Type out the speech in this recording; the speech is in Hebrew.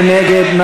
מי נגד?